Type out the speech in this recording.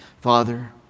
Father